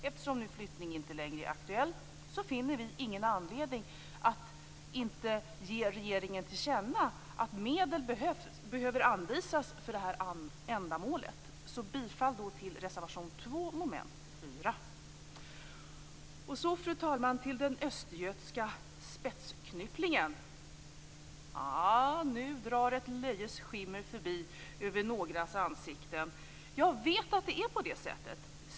Eftersom någon flyttning inte längre är aktuell finner vi ingen anledning att inte ge regeringen till känna att medel behöver anvisas för det här ändamålet. Jag yrkar därför bifall till reservation 2 under mom. 4. Så, fru talman, till den östgötska spetsknypplingen! Nu drar ett löjets skimmer över någras ansikten. Jag vet att det är på det sättet.